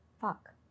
Fuck